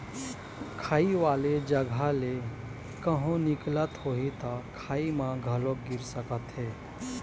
खाई वाले जघा ले कहूँ निकलत होही त खाई म घलोक गिर सकत हे